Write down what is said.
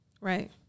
right